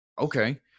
Okay